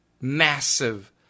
massive